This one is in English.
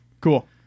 Cool